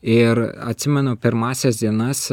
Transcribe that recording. ir atsimenu pirmąsias dienas